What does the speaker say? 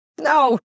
No